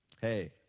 hey